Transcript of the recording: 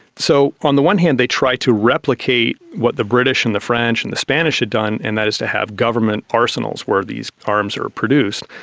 so on the one hand they tried to replicate what the british and the french and the spanish had done and that is to have government arsenals where these arms are produced,